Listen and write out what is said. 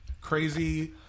Crazy